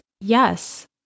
yes